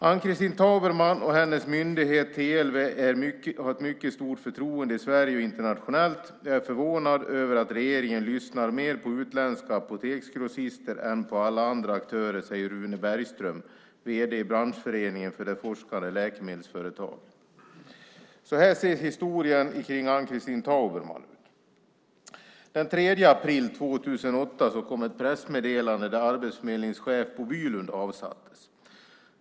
Ann-Christin Tauberman och hennes myndighet, TLV, har mycket stort förtroende i Sverige och internationellt. Jag är förvånad över att regeringen lyssnar mer på utländska apoteksgrossister än på alla andra aktörer, säger Rune Bergström, vd i branschföreningen för de forskande läkemedelsföretagen. Så här ser historien kring Ann-Christin Tauberman ut. Den 3 april 2008 kom ett pressmeddelande där Arbetsförmedlingens chef Bo Bylund avsattes.